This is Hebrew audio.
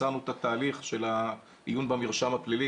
קיצרנו את התהליך של העיון במרשם הפלילי